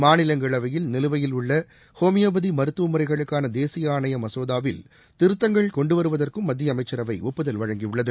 மாநிலங்களவையில் நிலுவையில் உள்ள வோமியோபதி மருத்துவ முறைகளுக்கான தேசிய ஆணைய மசோதாவில் திருத்தங்கள் கொண்டு வருவதற்கும் மத்திய அமைச்சரவை ஒப்புதல் வழங்கியுள்ளது